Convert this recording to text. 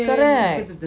correct